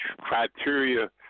criteria